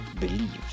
believe